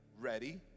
ready